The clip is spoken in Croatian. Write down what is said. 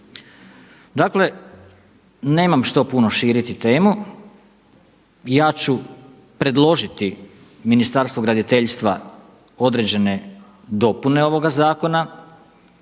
Dakle, nemam što puno širiti temu, ja ću predložiti Ministarstvu graditeljstva određene dopune ovoga zakona,